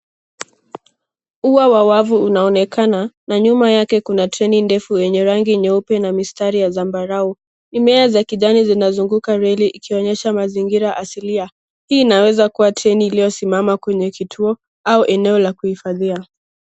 Ua wa wavu unaonekana na nyuma yake kuna treni ndefu yenye rangi nyeupe na mistari ya zambarau. Mimea za kijani zinazunguka reli ikionyesha mazingira asilia. Hii inaweza kuwa treni iliyosimama kwenye kituo au eneo la kuhifadhia.